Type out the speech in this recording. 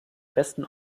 besten